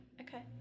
Okay